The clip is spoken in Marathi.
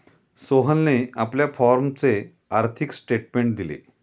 सोहेलने आपल्या फॉर्मचे आर्थिक स्टेटमेंट दिले